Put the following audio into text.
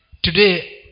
Today